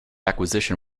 acquisition